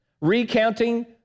recounting